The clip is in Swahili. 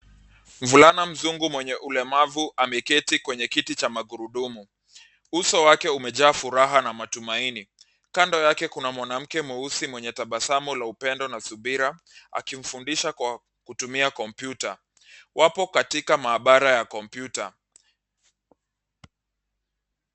Mvulana mzungu mwenye ulemavu ameketi kwenye kiti cha magurudumu. Uso wake umejaa furaha na matumaini. Kando yake kuna mwanamke mweusi mwenye tabasamu la upendo na subira akimfundisha kwa kutumia kompyuta. Wapo katika maabara ya kompyuta.